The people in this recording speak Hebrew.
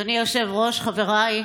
אדוני היושב-ראש, חבריי,